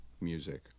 music